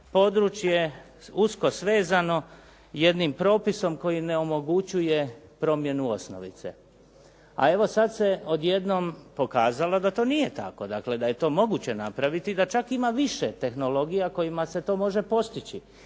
područje usko svezano jednim propisom koji ne omogućuje promjenu osnovice. A evo, sad se odjednom pokazalo da to nije tako. Dakle, da je to moguće napraviti, da čak ima više tehnologija kojima se to može postići.